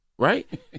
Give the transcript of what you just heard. Right